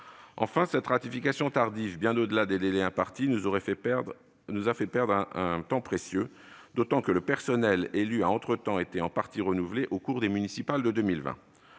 Cette ratification tardive, bien au-delà des délais impartis, nous aura fait perdre un temps précieux, d'autant que le personnel élu a entre-temps été en partie renouvelé à l'occasion des élections municipales de 2020.